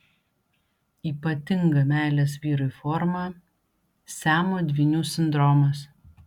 ypatinga meilės vyrui forma siamo dvynių sindromas